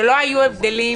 שלא היו הבדלים